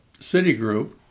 Citigroup